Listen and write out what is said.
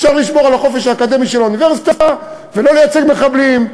אפשר לשמור על החופש האקדמי של האוניברסיטה ולא לייצג מחבלים,